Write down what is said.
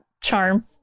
charm